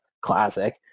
classic